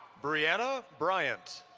brianna bryant.